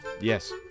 Yes